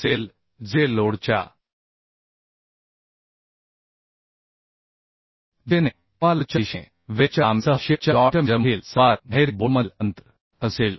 असेल जे लोडच्या दिशेने किंवा लोडच्या दिशेने वेल्डच्या लांबीसह शेवटच्या जॉइंट मेजरमधील सर्वात बाहेरील बोल्टमधील अंतर असेल